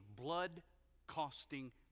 blood-costing